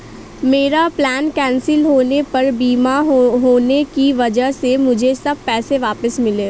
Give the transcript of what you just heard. मेरा plane cancel होने पर बीमा होने की वजह से मुझे सब पैसे वापस मिले